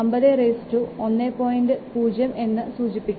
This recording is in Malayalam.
0 എന്ന് സൂചിപ്പിക്കാം